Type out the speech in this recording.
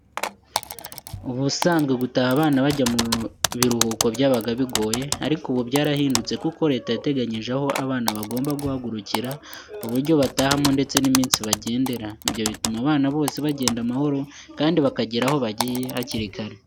Ubisanzwe gutaha abana bajya mu biruhuko byabaga bigoye. Ariko ubu byarahindutse kuko leta yateganyije aho abana bagomba guhagurukira, uburyo batahamo ndetse n'iminsi bagendera. Ibyo bituma abana bose bagenda amahoro kandi bakageraho aho bagiye hakiri kare.